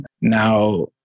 now